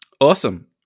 Awesome